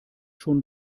schon